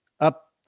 up